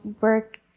work